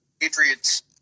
Patriots